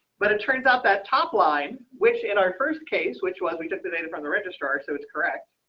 but it turns out that top line, which in our first case, which was we took the data from the registrar. so it's correct.